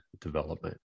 development